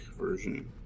version